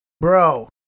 Bro